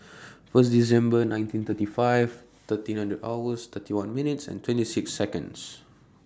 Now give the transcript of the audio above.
First December nineteen thirty five thirteen hundred hours thirty one minutes and twenty six Seconds